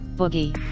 Boogie